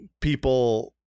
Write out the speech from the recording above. people